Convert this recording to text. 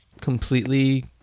completely